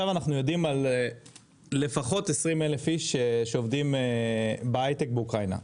אנחנו יודעים על לפחות 20 אלף איש שעובדים בהיי-טק באוקראינה.